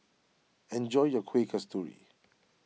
enjoy your Kueh Kasturi